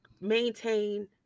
maintain